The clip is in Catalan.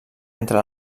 entre